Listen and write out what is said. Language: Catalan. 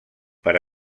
per